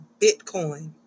Bitcoin